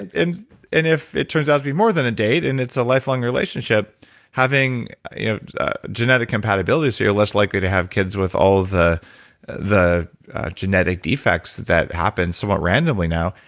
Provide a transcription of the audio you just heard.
and and and if it turns out to be more than a date, and it's a lifelong relationship having yeah ah genetic compatibility so you're less likely to have kids with all of the genetic defects that happen somewhat randomly now,